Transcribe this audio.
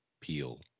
peel